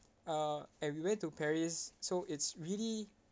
uh and we went to paris so it's really